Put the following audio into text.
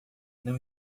não